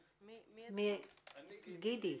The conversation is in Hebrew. גידי.